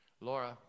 Laura